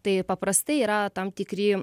tai paprastai yra tam tikri